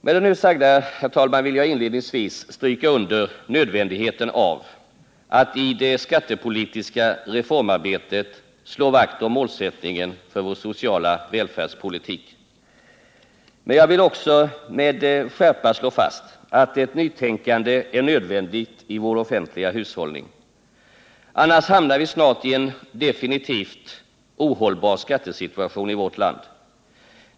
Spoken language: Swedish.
Med det nu sagda, herr talman, vill jag inledningsvis stryka under nödvändigheten av att i det skattepolitiska reformarbetet slå vakt om målsättningen för vår sociala välfärdspolitik. Men jag vill också med skärpa slå fast att ett nytänkande är nödvändigt i vår offentliga hushållning. Annars hamnar vi snart i en definitivt ohållbar skattesituation i vårt land.